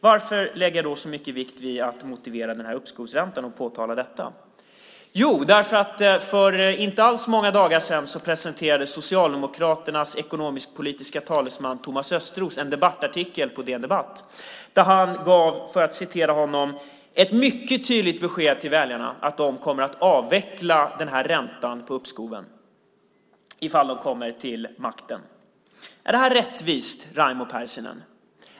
Varför lägger jag då så mycket vikt vid att motivera uppskovsräntan och påtala detta? Jo, därför att för inte alltför många dagar sedan presenterade Socialdemokraternas ekonomisk-politiska talesman Thomas Östros en debattartikel på DN Debatt där han gav, för att citera honom, "ett tydligt besked" till väljarna att de kommer att avveckla den här räntan på uppskoven i fall de kommer till makten. Är det här rättvist, Raimo Pärssinen?